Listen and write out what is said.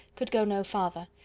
could go no farther,